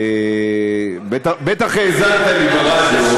בטח האזנת לי ברדיו,